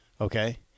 okay